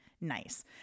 nice